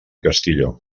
castillo